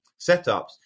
setups